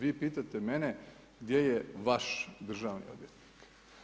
Vi pitate mene gdje je vaš državni odvjetnik.